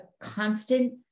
constant